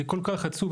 זה כל כך עצוב,